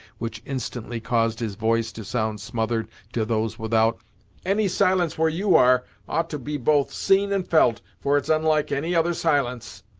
which instantly caused his voice to sound smothered to those without any silence where you are, ought to be both seen and felt, for it's unlike any other silence.